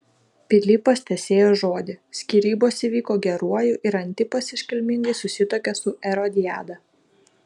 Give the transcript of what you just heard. pilypas tesėjo žodį skyrybos įvyko geruoju ir antipas iškilmingai susituokė su erodiada